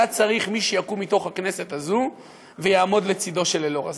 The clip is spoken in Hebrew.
היה צריך מי שיקום מתוך הכנסת הזאת ויעמוד לצדו של אלאור אזריה.